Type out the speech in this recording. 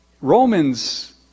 Romans